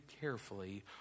carefully